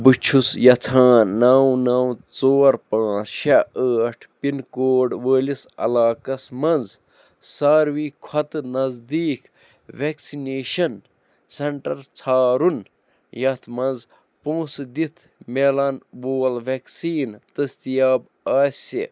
بہٕ چھُس یژھان نَو نَو ژور پانٛژھ شےٚ ٲٹھ پِن کوڈ وٲلِس علاقس مَنٛز ساروٕے کھوتہٕ نزدیٖک ویٚکسِنیشن سیٚنٹر ژھارُن یتھ مَنٛز پونٛسہٕ دِتھ میلَن وول ویکسیٖن دٔستِیاب آسہِ